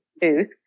booth